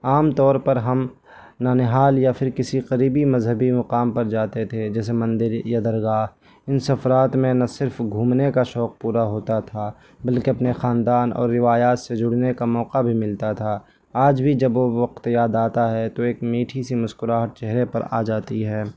عام طور پر ہم ننہال یا پھر کسی قریبی مذہبی مقام پر جاتے تھے جیسے مندر یا درگاہ ان سفرات میں نہ صرف گھومنے کا شوق پورا ہوتا تھا بلکہ اپنے خاندان اور روایات سے جڑنے کا موقع بھی ملتا تھا آج بھی جب وہ وقت یاد آتا ہے تو ایک میٹھی سی مسکراہٹ چہرے پر آ جاتی ہے